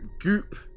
goop